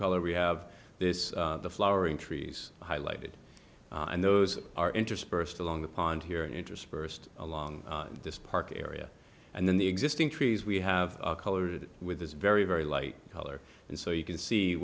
color we have this flowering trees highlighted and those are interspersed along the pond here interspersed along this park area and then the existing trees we have colored with this very very light color and so you can see